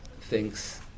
thinks